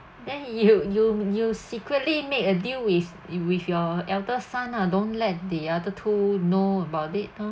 then you you you secretly make a deal with with your elder son lah don't let the other two know about it oh